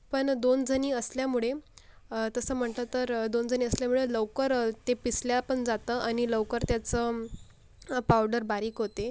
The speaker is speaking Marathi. पण दोन जणी असल्यामुळे तसं म्हटलं तर दोन जणी असल्यामुळे लवकर ते पिसल्यापण जातं आणि लवकर त्याचं पावडर बारीक होते